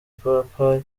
papa